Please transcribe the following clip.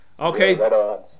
Okay